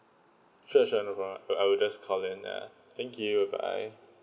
sure sure no problem uh I will just call in ah thank you bye bye